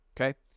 okay